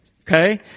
Okay